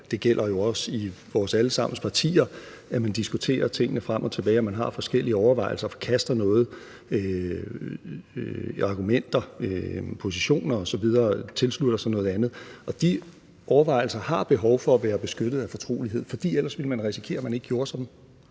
det gælder jo også i vores alle sammens partier, at man diskuterer tingene frem og tilbage, og at man har forskellige overvejelser, og at man forkaster noget, argumenter, positioner osv., og tilslutter sig noget andet. Og de overvejelser har behov for at være beskyttet af fortrolighed, for ellers ville man risikere, at man ikke gjorde sådan.